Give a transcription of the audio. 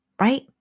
right